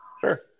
sure